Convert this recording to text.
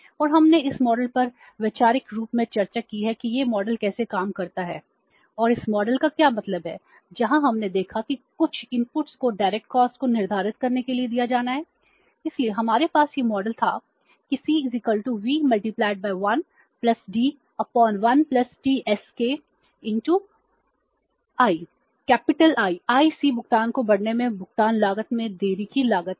और इस मॉडल में देरी की लागत है